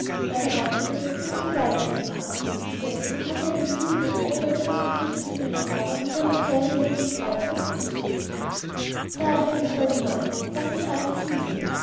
er behauptete daß er gewalt über sie habe und deswegen hatte er dem ziegenbocksbein ober und unterkriegsbefehlshaber der um die kleine hirtin freite zugenickt da erhältst du einen mann sagte der alte chinese